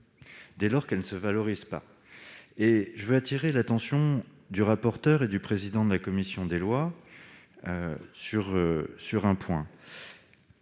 dès lors qu'elles ne valorisent pas leur action. J'appelle l'attention du rapporteur et du président de la commission des lois sur ce point